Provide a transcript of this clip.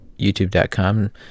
youtube.com